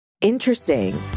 Interesting